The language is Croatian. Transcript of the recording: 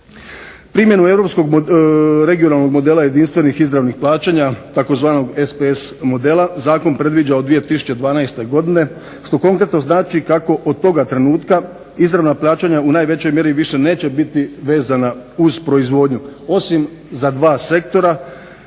regionalnog modela jedinstvenih izravnih plaćanja tzv. SPS modela zakon predviđa od 2012. godine što konkretno znači kako od toga trenutka izravna plaćanja u najvećoj mjeri više neće biti vezana uz proizvodnju, osim za dva sektora,